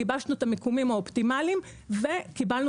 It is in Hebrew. גיבשנו את המיקומים האופטימליים וקיבלנו